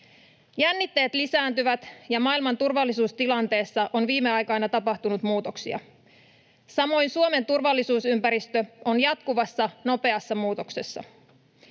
Jännitteet lisääntyvät, ja maailman turvallisuustilanteessa on viime aikoina tapahtunut muutoksia. Samoin Suomen turvallisuusympäristö on jatkuvassa, nopeassa muutoksessa.